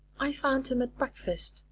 i found him at breakfast,